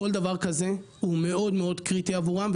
כל דבר כזה הוא מאוד קריטי עבורם.